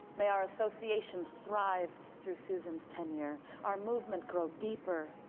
may our association thrive through susan's tenure, our movement grow deeper,